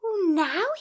now